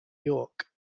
york